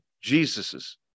Jesus's